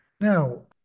Now